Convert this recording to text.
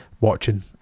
watching